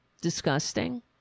disgusting